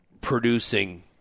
producing